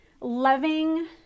loving